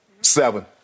Seven